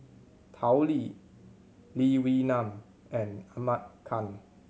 Tao Li Lee Wee Nam and Ahmad Khan